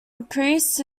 increased